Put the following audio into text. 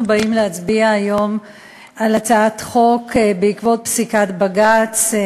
אנחנו באים להצביע היום על הצעת חוק בעקבות פסיקת בג"ץ.